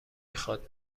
خواد